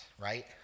right